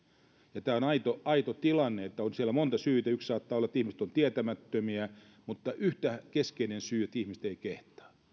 ja tämä on aito aito tilanne siellä on monta syytä yksi saattaa olla että ihmiset ovat tietämättömiä mutta yhtä keskeinen syy on että ihmiset eivät kehtaa